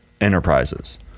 enterprises